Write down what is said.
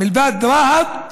מלבד רהט,